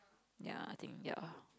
ya I think ya